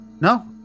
No